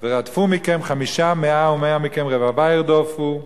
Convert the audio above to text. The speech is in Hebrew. ורדפו מכם חמשה מאה ומאה מכם רבבה ירדֹפו,